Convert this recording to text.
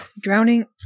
Drowning